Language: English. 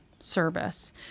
service